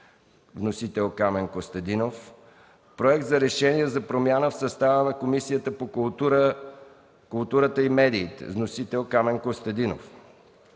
Вносител – Камен Костадинов. Проект за решение за промяна в състава на Комисията по културата и медиите. Вносител – Камен Костадинов.